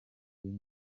rimwe